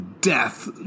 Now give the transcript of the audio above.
death